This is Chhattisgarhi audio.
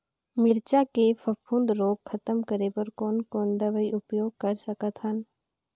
मिरचा के फफूंद रोग खतम करे बर कौन कौन दवई उपयोग कर सकत हन?